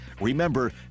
Remember